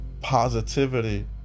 Positivity